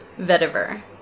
Vetiver